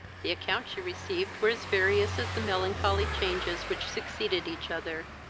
the accounts she received were as various as the melancholy changes which succeeded each other.